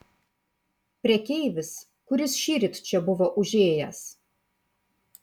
prekeivis kuris šįryt čia buvo užėjęs